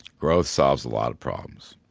growth solves a lot of problems.